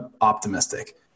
optimistic